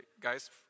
guys